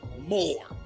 more